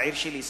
בעיר שלי,